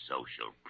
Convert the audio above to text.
Social